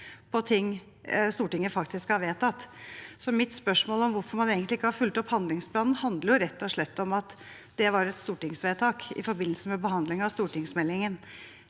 på ting Stortinget faktisk har vedtatt. Mitt spørsmål om hvorfor man egentlig ikke har fulgt opp handlingsplanen, handler rett og slett om at det var et stortingsvedtak i forbindelse med behandlingen av stortingsmeldingen.